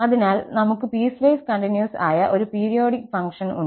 അതിനാൽ നമുക് piecewise continuous ആയ ഒരു പീരിയോഡിക് ഫംഗ്ഷൻ ഉണ്ട്